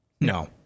No